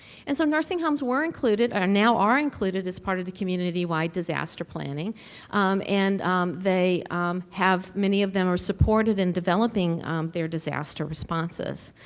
and so nursing homes were included or now are included as part of the community-wide disaster planning and they have many of them are supported in developing their disaster responses.